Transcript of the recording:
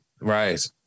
Right